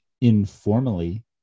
informally